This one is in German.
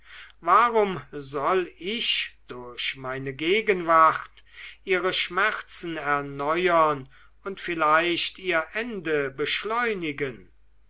warum soll ich durch meine gegenwart ihre schmerzen erneuern und vielleicht ihr ende beschleunigen